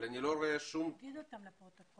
אבל אני לא רואה שום --- תגיד אותם לפרוטוקול.